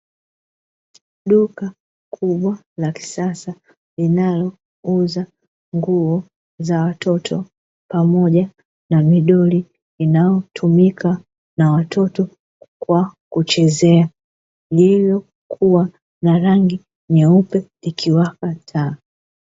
Duka kubwa la kisasa, linalouza nguo za watoto pamoja na midoli, inayotumika na watoto kwa kuchezea, lililokuwa na rangi nyeupe, likiwaka taa.